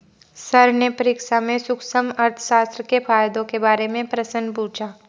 sir ने परीक्षा में सूक्ष्म अर्थशास्त्र के फायदों के बारे में प्रश्न पूछा